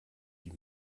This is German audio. die